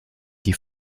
die